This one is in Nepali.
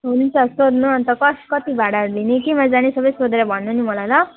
हुन्छ सोध्नु अन्त कस कति भाडाहरू लिने केमा जाने सबै सोधेर भन्नु नि मलाई ल